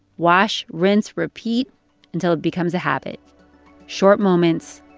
wash, rinse, repeat until it becomes a habit short moments,